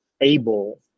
able